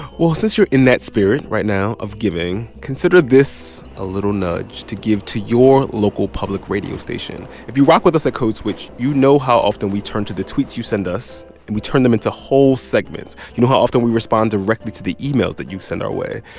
well, since you're in that spirit right now of giving, consider this a little nudge to give to your local public radio station. if you rock with us at code switch, you know how often we turn to the tweets you send us and we turn them into whole segments. you know how often we respond directly to the emails that you send our way.